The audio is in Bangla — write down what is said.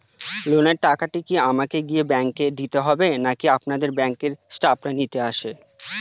লোনের টাকাটি কি আমাকে গিয়ে ব্যাংক এ দিতে হবে নাকি আপনাদের ব্যাংক এর স্টাফরা নিতে আসে?